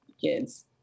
kids